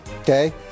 Okay